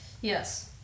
Yes